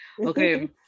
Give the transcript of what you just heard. Okay